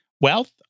wealth